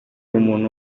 umuntu